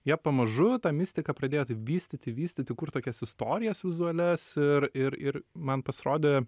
jie pamažu tą mistiką pradėjo taip vystyti vystyti kurt tokias istorijas vizualias ir ir ir man pasirodė